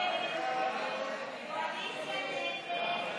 הצעת סיעת יש עתיד-תל"ם